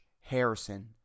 Harrison